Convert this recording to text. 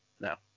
now